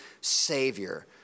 Savior